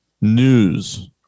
news